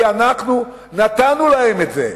כי אנחנו נתנו להם את זה.